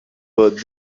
but